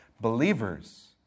Believers